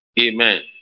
Amen